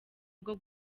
bwo